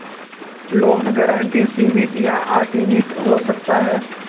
loan guarantee सीमित या असीमित हो सकता है